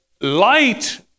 light